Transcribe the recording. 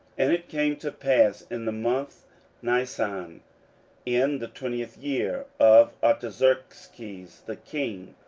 and it came to pass in the month nisan, in the twentieth year of artaxerxes the king,